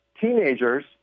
teenagers